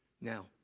Now